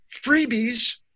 freebies